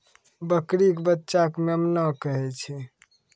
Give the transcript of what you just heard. बकरी के बच्चा कॅ मेमना कहै छै